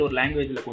language